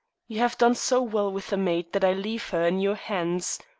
you have done so well with the maid that i leave her in your hands.